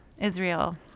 israel